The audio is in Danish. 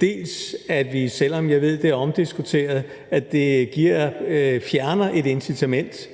dels – selv om jeg ved, at det er omdiskuteret – at det fjerner et incitament